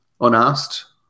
unasked